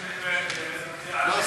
לא,